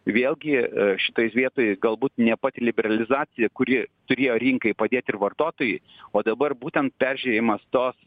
vėlgi šitoj vietoj galbūt nė pati liberalizacija kuri turėjo rinkai padėt ir vartotojai o dabar būtent peržiūrėjimas tos